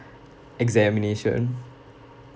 examination